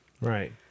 Right